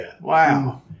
Wow